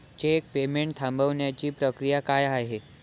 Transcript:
Check payment थांबवण्याची प्रक्रिया काय आहे?